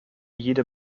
jede